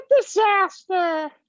disaster